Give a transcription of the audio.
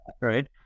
Right